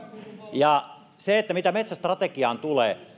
ja se mitä metsästrategiaan tulee